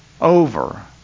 over